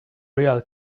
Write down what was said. real